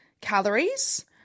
calories